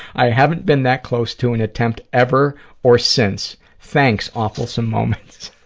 i haven't been that close to an attempt ever or since. thanks, awfulsome moments.